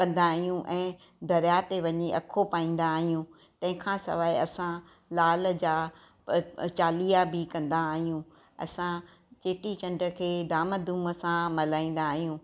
कंदा आहियूं ऐं दरिया ते वञी अखो पाईंदा आहियूं तंहिंखां सवाइ असां लाल जा चालीहा बि कंदा आहियूं असां चेटीचंड खे धाम धूम सां मल्हाईंदा आहियूं